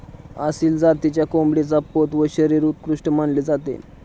आसिल जातीच्या कोंबडीचा पोत व शरीर उत्कृष्ट मानले जाते